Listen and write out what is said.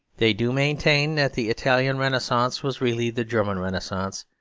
they do maintain that the italian renaissance was really the german renaissance,